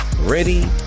ready